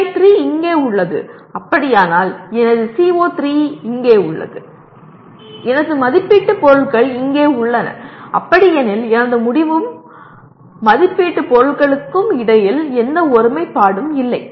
AI3 இங்கே உள்ளது அப்படியானால் எனது CO3 இங்கே உள்ளது எனது மதிப்பீட்டு பொருட்கள் இங்கே உள்ளன அப்படி எனில் எனது முடிவுக்கும் மதிப்பீட்டு பொருட்களுக்கும் இடையில் எந்த ஒருமைப்பாடும் இல்லை